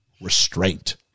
restraint